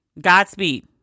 Godspeed